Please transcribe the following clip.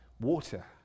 water